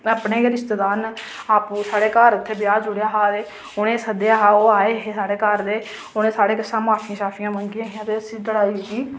साढ़े अपने गै रिश्तेदार न साढ़ा आपूं उत्थै ब्याह् जुड़ेआ हा ते उनें ई सद्देआ हा ते ओह् आए हे साढ़े घर ते उ'नें साढ़े कशा माफियां मंग्गियां हियां ते उस लड़ाई गी